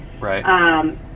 Right